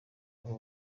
abo